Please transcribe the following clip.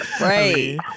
right